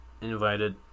invited